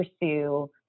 pursue